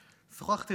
שוחחתי,